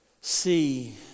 see